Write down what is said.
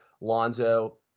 Lonzo